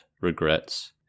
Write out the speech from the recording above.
regrets